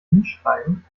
hinschreiben